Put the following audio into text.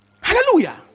Hallelujah